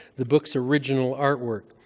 the book's original artwork.